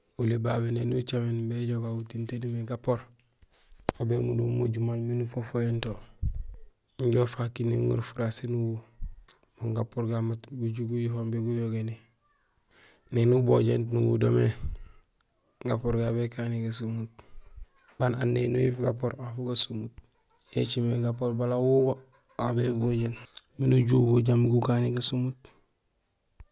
Oli babé néni ucaméén béjoow gawu tiin taan umimé gapoor, aw bémundum umojul maal miin ufofohéén to injo ufaak kinding uŋorul furasi miin nuwu; no gapoor gagu mat guju guyuho imbi guyogéni. Néni ubojénut nuwu do mé, gapoor gagu békani gasomut baan aan néni uyiif gapoor aw bu gasomut. Yo écimé gapoor bala uwu go aw bébojéén miin uju uwu jambi gukani gasomut.